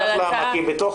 אני אגיד לך למה,